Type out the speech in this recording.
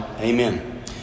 amen